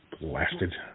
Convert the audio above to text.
Blasted